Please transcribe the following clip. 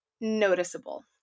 noticeable